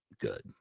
good